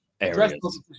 areas